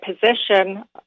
position